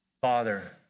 Father